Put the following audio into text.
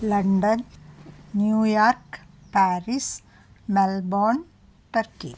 London New York Paris Melbourne turkey